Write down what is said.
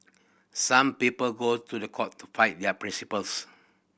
some people go to the court to fight their principles